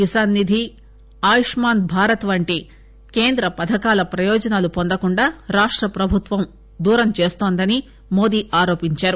కిసాన్ నిధి ఆయుష్మాన్ భారత్ వంటి కేంద్ర పథకాల ప్రయోజనాలు వొందకుండా రాష్ట ప్రభుత్వం దూరం చేస్తోందని మోది ఆరోపించారు